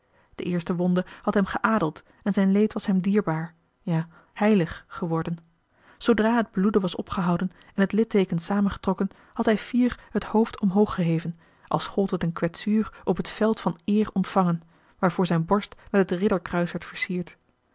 de eerste wonde had hem geadeld en zijn leed was hem dierbaar ja heilig geworden zoodra het bloeden was opgehouden en het lidteeken samengetrokken had hij fier het hoofd omhoog geheven als gold het een kwetsuur op het veld van eer ontvangen waarvoor zijn borst met het ridderkruis werd versierd